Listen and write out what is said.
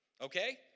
Okay